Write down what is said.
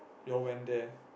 you all went there